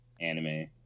anime